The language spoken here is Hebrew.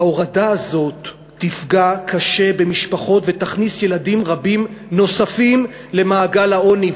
ההורדה הזאת תפגע קשה במשפחות ותכניס ילדים רבים נוספים למעגל העוני.